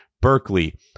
Berkeley